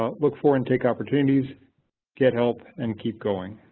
ah look for and take opportunities get help, and keep going.